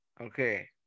Okay